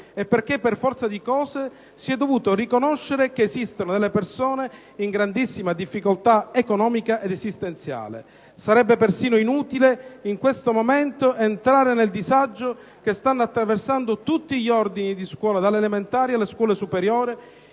è perché, per forza di cose, si è dovuto riconoscere che esistono della persone in grandissima difficoltà economica ed esistenziale. Sarebbe persino inutile in questo momento soffermarsi sul disagio che stanno attraversando tutti gli ordini di scuola, dalle elementari alle scuole superiori,